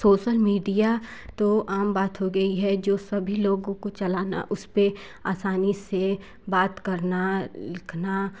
social media तो आम बात हो गई है जो सभी लोगों को चलाना उस पे आसानी से बात करना लिखना